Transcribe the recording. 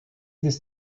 this